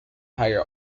higher